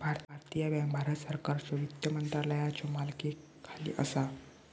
भारतीय बँक भारत सरकारच्यो वित्त मंत्रालयाच्यो मालकीखाली असा